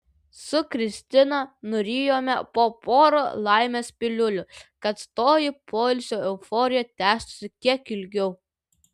su kristina nurijome po porą laimės piliulių kad toji poilsio euforija tęstųsi kiek ilgiau